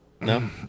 No